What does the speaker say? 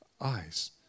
eyes